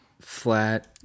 flat